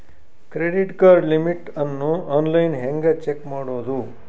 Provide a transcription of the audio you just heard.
Credit card limit ಅನ್ನು online ಹೆಂಗ್ check ಮಾಡೋದು?